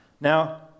Now